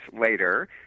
later